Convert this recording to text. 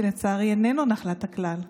שלצערי איננו נחלת הכלל,